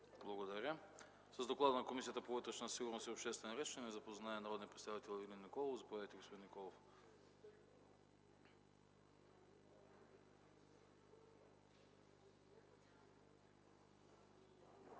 Благодаря. С доклада на Комисията по вътрешна сигурност и обществен ред ще ни запознае народният представител Ивелин Николов. Заповядайте, господин Николов. ДОКЛАДЧИК